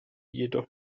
jedoch